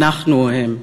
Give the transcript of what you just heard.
אנחנו או הם.